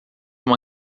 uma